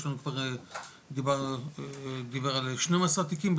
דיבר על 12 תיקים,